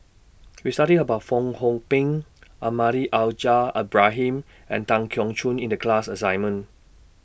We studied about Fong Hoe Beng Almahdi Al Haj Ibrahim and Tan Keong Choon in The class assignment